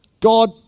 God